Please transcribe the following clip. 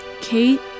Kate